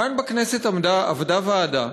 כאן בכנסת עבדה ועדה,